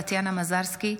טטיאנה מזרסקי,